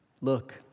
look